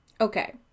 Okay